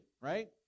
right